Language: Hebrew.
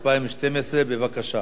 התשע"ב 2012. בבקשה.